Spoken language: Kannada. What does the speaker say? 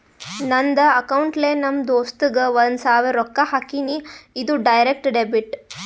ನಂದ್ ಅಕೌಂಟ್ಲೆ ನಮ್ ದೋಸ್ತುಗ್ ಒಂದ್ ಸಾವಿರ ರೊಕ್ಕಾ ಹಾಕಿನಿ, ಇದು ಡೈರೆಕ್ಟ್ ಡೆಬಿಟ್